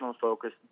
focus